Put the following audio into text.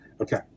Okay